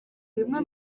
bimwe